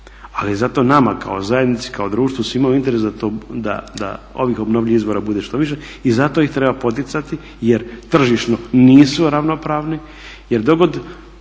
Ali je zato nama kao zajednici, kao društvu, svima u interesu da ovih obnovljivih izvora bude što više i zato ih treba poticati jer tržišno nisu ravnopravni.